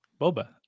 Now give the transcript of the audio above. boba